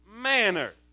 manner